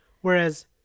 Whereas